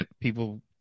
People